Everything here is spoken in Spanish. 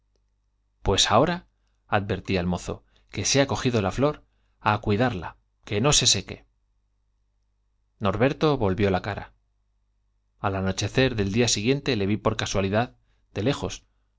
ha ahora advertí al mozo que i pues la flor á cuidarla i que no se seque cogido día al anochecer del norberto volvió ia cara siguiente le vi por casualidad de lejos